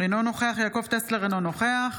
אינו נוכח יעקב טסלר, אינו נוכח